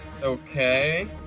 Okay